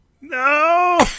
No